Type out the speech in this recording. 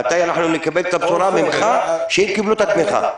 מתי אנחנו נקבל את הבשורה ממך שהם קיבלו את התמיכה?